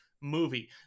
movie